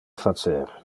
facer